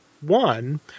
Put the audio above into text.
one